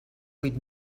vuit